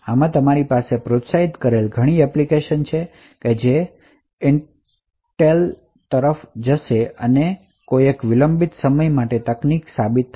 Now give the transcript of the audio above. આમાં તમારી પાસે ઘણી એપ્લિકેશન છે જે ઇન્ટેલ તરફ જોશે જે એક વિલંબિત સમય તકનીકની સાબિતી છે